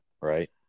right